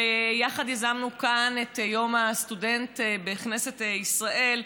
יחד יזמנו כאן את יום הסטודנט בכנסת ישראל.